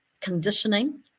conditioning